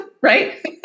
Right